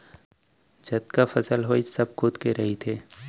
जतका फसल होइस सब खुद के रहिथे